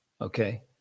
okay